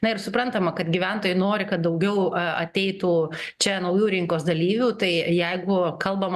na ir suprantama kad gyventojai nori kad daugiau ateitų čia naujų rinkos dalyvių tai jeigu kalbame